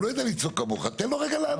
הוא לא יודע לצעוק כמוך, תן לו רגע לענות.